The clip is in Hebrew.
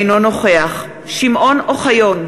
אינו נוכח שמעון אוחיון,